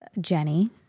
Jenny